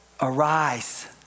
Arise